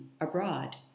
abroad